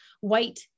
white